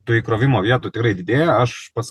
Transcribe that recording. tų įkrovimo vietų tikrai didėja aš pats